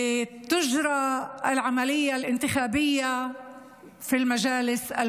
להלן תרגומם: מחר בבוקר ייפתחו הקלפיות ברוב